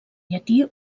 llatí